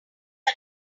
mob